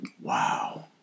Wow